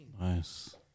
nice